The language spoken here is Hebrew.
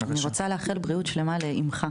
אני רוצה לאחל בריאות שלמה לאמך,